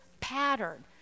pattern